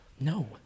No